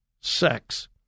sex